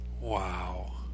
Wow